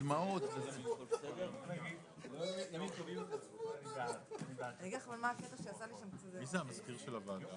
את יודעת שאצלי אין את הדברים האלה